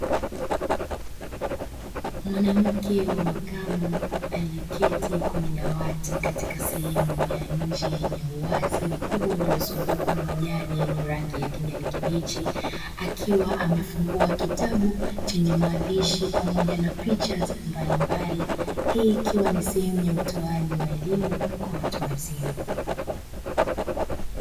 Mwanamke wa makamu aliyeketi kwenye dawati katika sehemu ya nje yenye uwazi mkubwa uliozungukwa na majani yenye rangi ya kijani kibichi, akiwa amefungua kitabu chenye maandishi pamoja na picha mbalimbali. Hii ikiwa ni sehemu ya utoaji wa elimu kwa watu wazima.